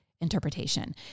Interpretation